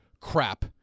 crap